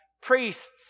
priests